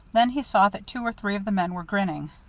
then he saw that two or three of the men were grinning.